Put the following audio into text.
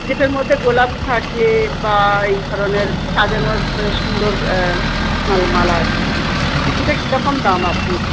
যেটার মধ্যে গোলাপ থাকবে বা এই ধরনের সাজানোর মানে সুন্দর মালা মালা আর কি সেটা কি রকম দাম আপনি একটু